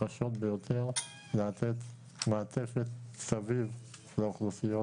הקשות ביותר, לתת מעטפת סביב לאוכלוסיות